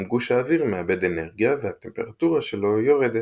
גם גוש האוויר מאבד אנרגיה והטמפרטורה שלו יורדת.